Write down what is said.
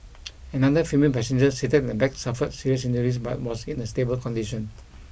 another female passenger seated in the back suffered serious injuries but was in a stable condition